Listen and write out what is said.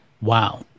Wow